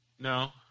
No